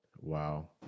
Wow